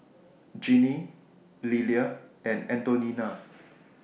Jeannie Lillia and Antonina